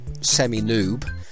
semi-noob